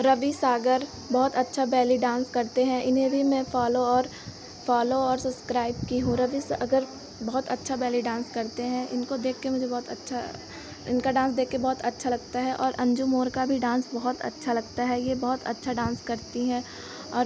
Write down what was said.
रवि सागर बहुत अच्छा belly dance करते हैं इन्हें भी मैं फॉलो और फॉलो और सब्सक्राइब की हूँ रवि सर अगर बहुत अच्छा बेली डान्स करते हैं इनको देखकर मुझे बहुत अच्छा इनका डान्स देखकर बहुत अच्छा लगता है और अन्जू मोर का भी डान्स बहुत अच्छा लगता है यह बहुत अच्छा डान्स करती हैं और